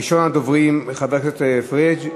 ראשון הדוברים, חבר הכנסת פריג',